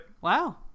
Wow